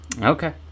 okay